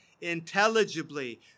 intelligibly